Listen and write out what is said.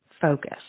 focus